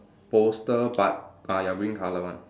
poster but ah ya green colour one